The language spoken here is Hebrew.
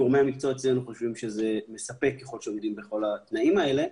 גורמי המקצוע אצלנו חושבים שזה מספק אם עומדים בכל התנאים האלה.